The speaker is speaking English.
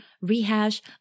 rehash